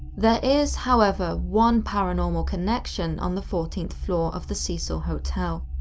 there is, however, one paranormal connection on the fourteenth floor of the cecil hotel.